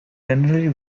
generally